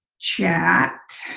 chat.